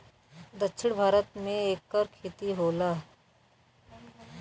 दक्षिण भारत मे एकर खेती होला